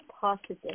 positive